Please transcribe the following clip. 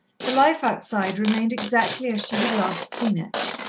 the life outside remained exactly as she had last seen it,